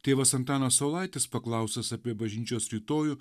tėvas antanas saulaitis paklaustas apie bažnyčios rytojų